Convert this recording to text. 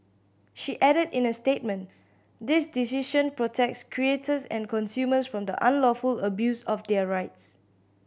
she added in a statement this decision protects creators and consumers from the unlawful abuse of their rights